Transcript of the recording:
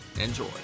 Enjoy